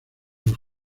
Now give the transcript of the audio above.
los